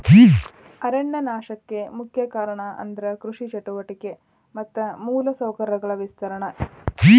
ಅರಣ್ಯ ನಾಶಕ್ಕೆ ಮುಖ್ಯ ಕಾರಣ ಅಂದ್ರ ಕೃಷಿ ಚಟುವಟಿಕೆ ಮತ್ತ ಮೂಲ ಸೌಕರ್ಯಗಳ ವಿಸ್ತರಣೆ